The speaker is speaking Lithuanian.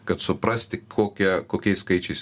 kad suprasti kokia kokiais skaičiais